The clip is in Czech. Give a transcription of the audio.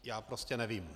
Já prostě nevím.